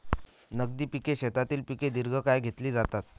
नगदी पिके शेतीतील पिके दीर्घकाळ घेतली जातात